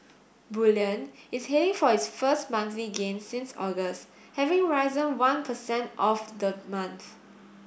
bullion is heading for its first monthly gain since August having risen one per cent of the month